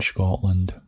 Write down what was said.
Scotland